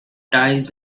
ties